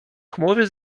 chmury